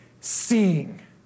seeing